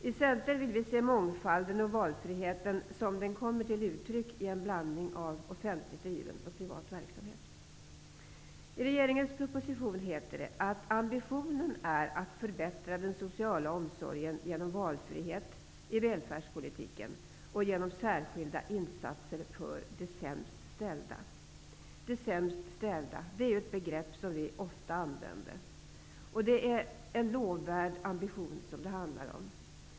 I Centern vill vi se mångfald och valfrihet komma till uttryck i en blandning av offentligt driven och privat verksamhet. I regeringens proposition heter det att ambitionen är att förbättra den sociala omsorgen genom valfrihet i välfärdspolitiken och genom särskilda insatser för de sämst ställda. De sämst ställda är ett begrepp som vi ofta använder, och det handlar här om en lovvärd ambition.